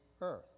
earth